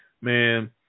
man